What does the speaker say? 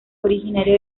originario